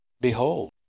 Behold